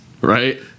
Right